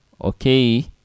Okay